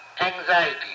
anxiety